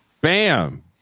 Bam